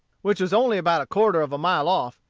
which was only about a quarter of a mile off,